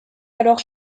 alors